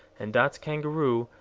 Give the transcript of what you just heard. and dot's kangaroo,